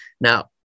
Now